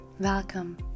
Welcome